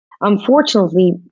unfortunately